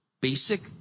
basic